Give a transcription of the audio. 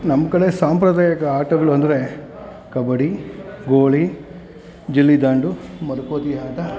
ನಮ್ಮ ಕಡೆ ಸಾಂಪ್ರದಾಯಿಕ ಆಟಗಳು ಅಂದರೆ ಕಬಡ್ಡಿ ಗೋಲಿ ಗಿಲ್ಲಿ ದಾಂಡು ಮರಕೋತಿ ಆಟ